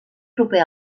proper